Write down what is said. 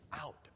out